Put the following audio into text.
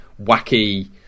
wacky